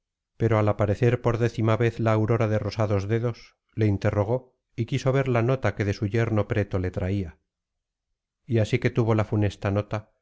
pero al aparecer por décima vez la aurora de rosados dedos le interrogó y quiso ver la nota que de su yerno preto le traía y así que tuvo la funesta nota